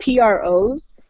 pros